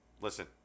Listen